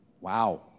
Wow